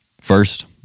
First